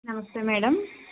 నమస్తే మేడమ్